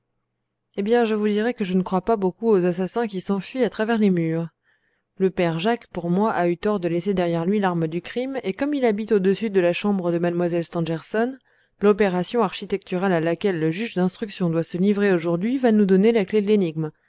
eh bien je vous dirai que je ne crois pas beaucoup aux assassins qui s'enfuient à travers les murs le père jacques pour moi a eu tort de laisser derrière lui l'arme du crime et comme il habite au-dessus de la chambre de mlle stangerson l'opération architecturale à laquelle le juge d'instruction doit se livrer aujourd'hui va nous donner la clef de l'énigme